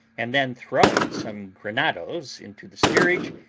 and then throwing some grenadoes into the steerage,